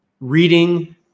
reading